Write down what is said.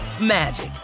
magic